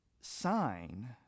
sign